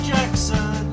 Jackson